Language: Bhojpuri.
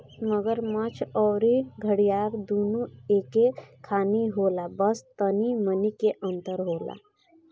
मगरमच्छ अउरी घड़ियाल दूनो एके खानी होला बस तनी मनी के अंतर होला